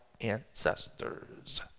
ancestors